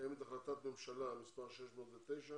קיימת החלטת ממשלה מספר 609